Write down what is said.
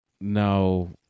No